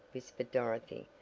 whispered dorothy,